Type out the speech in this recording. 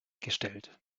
gestellt